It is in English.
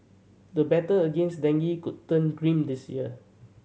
the battle against dengue could turn grim this year